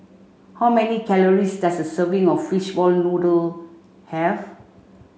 how many calories does a serving of fishball noodle have